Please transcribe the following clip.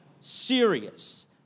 serious